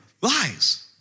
Lies